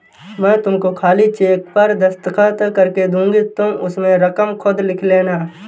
मैं तुमको खाली चेक पर दस्तखत करके दूँगी तुम उसमें रकम खुद लिख लेना